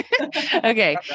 Okay